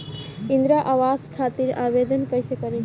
इंद्रा आवास खातिर आवेदन कइसे करि?